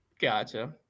Gotcha